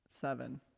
Seven